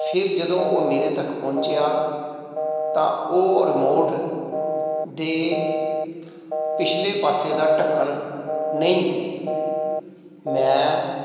ਫਿਰ ਜਦੋਂ ਉਹ ਮੇਰੇ ਤੱਕ ਪਹੁੰਚਿਆ ਤਾਂ ਉਹ ਰਿਮੋਟ ਦੇ ਪਿਛਲੇ ਪਾਸੇ ਦਾ ਢੱਕਣ ਨਹੀਂ ਸੀ ਮੈਂ